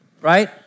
right